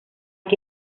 que